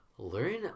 Learn